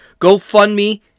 GoFundMe